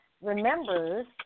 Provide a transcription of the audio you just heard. Remembers